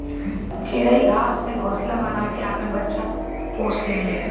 चिरई घास से घोंसला बना के आपन बच्चा पोसे ले